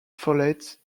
follett